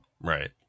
Right